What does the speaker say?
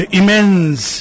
immense